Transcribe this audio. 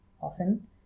Often